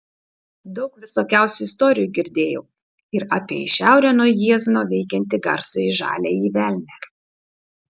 daug visokiausių istorijų girdėjau ir apie į šiaurę nuo jiezno veikiantį garsųjį žaliąjį velnią